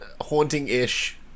haunting-ish